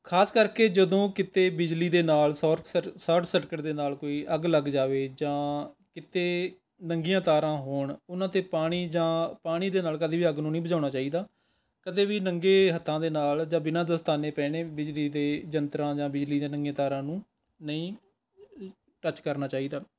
ਖ਼ਾਸ ਕਰਕੇ ਜਦੋਂ ਕਿਤੇ ਬਿਜਲੀ ਦੇ ਨਾਲ ਸੋਰ ਸਰ ਸੋਰਟ ਸਰਕਟ ਦੇ ਨਾਲ ਕੋਈ ਅੱਗ ਲੱਗ ਜਾਵੇ ਜਾਂ ਕਿਤੇ ਨੰਗੀਆਂ ਤਾਰਾਂ ਹੋਣ ਉਹਨਾਂ 'ਤੇ ਪਾਣੀ ਜਾਂ ਪਾਣੀ ਦੇ ਨਾਲ਼ ਕਦੇ ਵੀ ਅੱਗ ਨੂੰ ਨਹੀਂ ਬੁਝਾਉਣਾ ਚਾਹੀਦਾ ਕਦੇ ਵੀ ਨੰਗੇ ਹੱਥਾਂ ਦੇ ਨਾਲ਼ ਜਾਂ ਬਿਨਾ ਦਸਤਾਨੇ ਪਹਿਨੇ ਬਿਜਲੀ ਦੇ ਯੰਤਰਾਂ ਜਾਂ ਬਿਜਲੀ ਦੀਆਂ ਨੰਗੀਆਂ ਤਾਰਾਂ ਨੂੰ ਨਹੀਂ ਟੱਚ ਕਰਨਾ ਚਾਹੀਦਾ